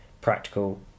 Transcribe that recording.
practical